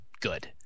good